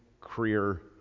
career